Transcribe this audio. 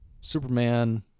superman